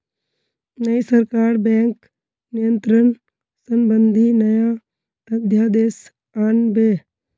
नई सरकार बैंक नियंत्रण संबंधी नया अध्यादेश आन बे